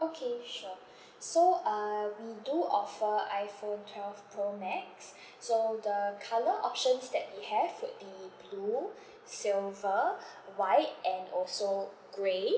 okay sure so uh we do offer iPhone twelve pro max so the colour options that we have would be blue silver white and also grey